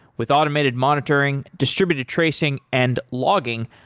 with automated monitoring, distributed tracing and logging,